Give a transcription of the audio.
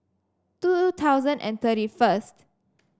two thousand and thirty first